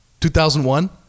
2001